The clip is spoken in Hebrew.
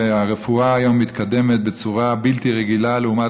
והרפואה היום מתקדמת בצורה בלתי רגילה לעומת